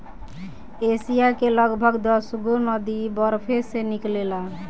Asia के लगभग दसगो नदी बरफे से निकलेला